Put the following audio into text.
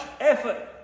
effort